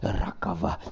rakava